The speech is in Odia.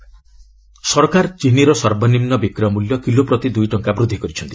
ଗମେଣ୍ଟ୍ ସୁଗାର୍ ସରକାର ଚିନିର ସର୍ବନିମ୍ନ ବିକ୍ରୟ ମୂଲ୍ୟ କିଲୋ ପ୍ରତି ଦୁଇଟଙ୍କା ବୃଦ୍ଧି କରିଛନ୍ତି